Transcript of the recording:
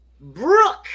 brooke